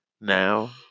now